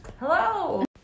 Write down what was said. Hello